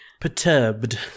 Perturbed